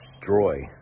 destroy